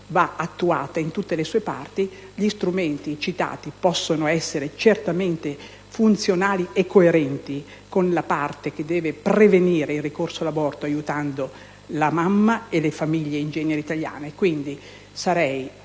va attuata in tutte le sue parti; gli strumenti citati possono essere certamente funzionali e coerenti con la parte che deve prevenire il ricorso all'aborto aiutando la mamma e le famiglie italiane in genere. Quindi, sarei